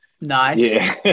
Nice